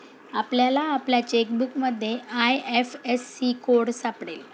आपल्याला आपल्या चेकबुकमध्ये आय.एफ.एस.सी कोड सापडेल